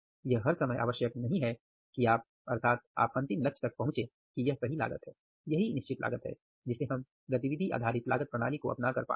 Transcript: यह हर समय आवश्यक नहीं है कि आप अर्थात आप अंतिम लक्ष्य तक पहुंचे कि यह सही लागत है यही निश्चित लागत है जिसे हमें गतिविधि आधारित लागत प्रणाली को अपनाकर पाना है